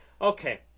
Okay